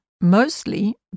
mostly